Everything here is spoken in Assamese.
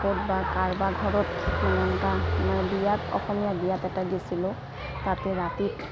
ক'ত বা কাৰোবাৰ ঘৰত মানে এনকা বিয়াত অসমীয়া বিয়াত এটাত গেইছিলোঁ তাতে ৰাতিত